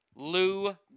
Lou